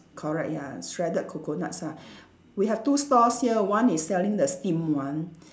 correct ya shredded coconuts ah we have two stores here one is selling the steamed one